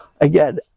Again